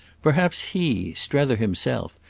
perhaps he, strether himself,